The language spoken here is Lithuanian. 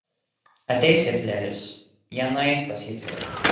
ateis hitleris jie nueis pas hitlerį